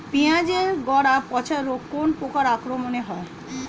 পিঁয়াজ এর গড়া পচা রোগ কোন পোকার আক্রমনে হয়?